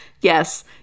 Yes